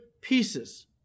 pieces